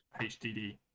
HDD